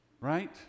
right